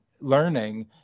learning